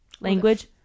language